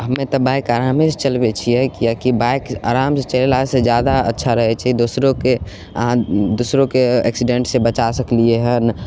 हमे तऽ बाइक आरामे से चलबैत छियै किआकि बाइक आराम से चलेला से जादा अच्छा रहैत छै दोसरोके अहाँ दोसरोके एक्सिडेंट से बचा सकलियै हन